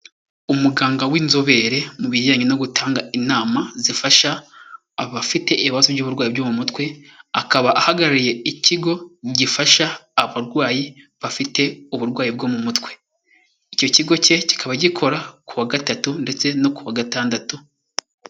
Umuganga w'inzobere mu bijyanye no gutanga inama zifasha, abafite ibibazo by'uburwayi byo mu mutwe, akaba ahagarariye ikigo gifasha abarwayi bafite uburwayi bwo mu mutwe. Icyo kigo ke kikaba gikora ku wa Gatatu ndetse no ku wa Gatandatu.